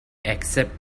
accept